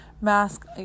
mask